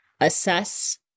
assess